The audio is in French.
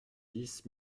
dix